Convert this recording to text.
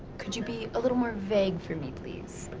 could you be a little more vague for me, please?